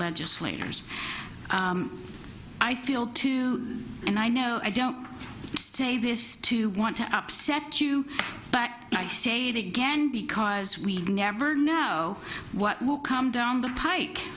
legislators i feel too and i know i don't say this to want to upset you but i state again because we never know what will come down the pike